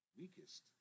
weakest